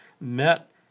met